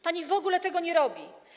Pani w ogóle tego nie robi.